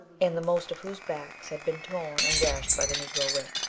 and the most of whose backs had been torn and gashed by the negro whip.